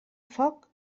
foc